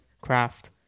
craft